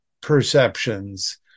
perceptions